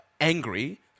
angry